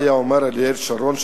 מה היה אומר אריאל שרון,